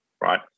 right